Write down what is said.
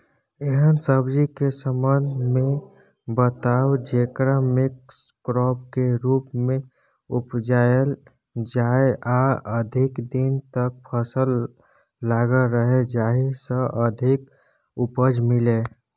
एहन सब्जी के संबंध मे बताऊ जेकरा मिक्स क्रॉप के रूप मे उपजायल जाय आ अधिक दिन तक फसल लागल रहे जाहि स अधिक उपज मिले?